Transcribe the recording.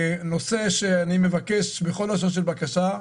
אני מבקש בכל לשון של בקשה,